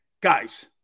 guys